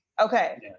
okay